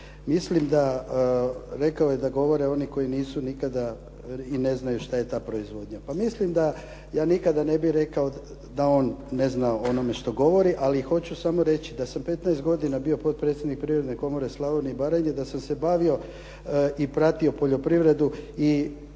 Mislim da, rekao je da govore oni koji nisu nikada i ne znaju što je ta proizvodnja. Pa mislim da ja nikada ne bih rekao da on ne zna o onome što govori, ali hoću samo reći da sam 15 godina bio potpredsjednik Privredne komore Slavonije i Baranje, da sam se bavio i pratio poljoprivredu i